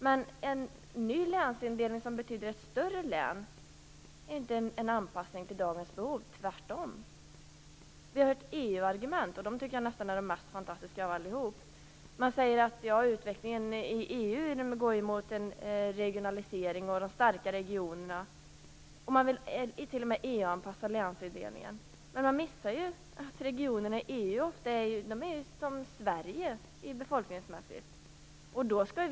Men en ny länsindelning, som innebär ett större län, är inte en anpassning till dagens behov. Tvärtom! Det är ett EU-argument. Jag tycker nästan att det är det mest fantastiska av allt. Utvecklingen i EU går mot en regionalisering - de starka regionerna. Man vill EU-anpassa länsindelningen. Men man missar att regionerna i EU befolkningsmässigt är som hela Sverige.